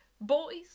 boys